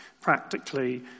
practically